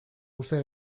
uste